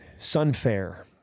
Sunfair